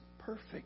Perfect